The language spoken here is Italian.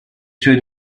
suoi